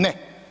Ne.